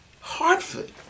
Hartford